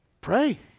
pray